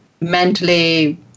mentally